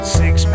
six